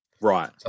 Right